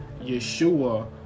Yeshua